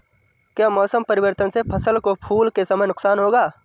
क्या मौसम परिवर्तन से फसल को फूल के समय नुकसान होगा?